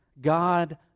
God